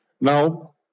Now